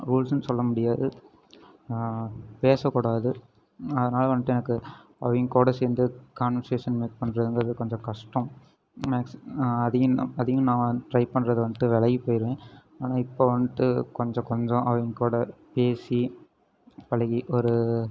ரூல்சுனு சொல்ல முடியாது பேசக்கூடாது அதனால வந்துட்டு எனக்கு அவங்க கூட சேர்ந்து கான்வர்சேஷன் மேக் பண்றதுங்கிறது கொஞ்சம் கஷ்டம் மேக்ஸ் அதையும் நான் அதையும் நான் ட்ரை பண்றது வந்துட்டு விலகி போயிடுவேன் ஆனால் இப்போ வந்துட்டு கொஞ்சம் கொஞ்சம் அவங்க கூட பேசி பழகி ஒரு